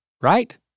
right